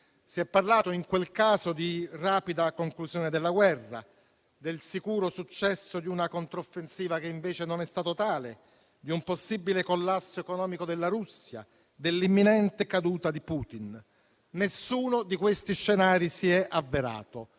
Si è parlato in quel caso di rapida conclusione della guerra, del sicuro successo di una controffensiva che invece non è stato tale, di un possibile collasso economico della Russia, dell'imminente caduta di Putin. Nessuno di questi scenari si è avverato,